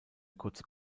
kurze